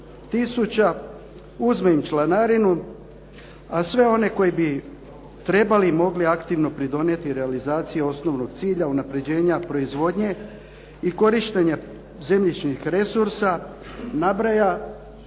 uzme im članarinu, a sve one koji bi trebali i mogli aktivno pridonijeti realizaciji osnovnog cilja unapređenja proizvodnje i korištenja zemljišnih resursa nabraja